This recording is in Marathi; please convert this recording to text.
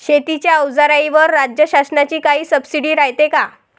शेतीच्या अवजाराईवर राज्य शासनाची काई सबसीडी रायते का?